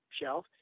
shelf